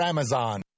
Amazon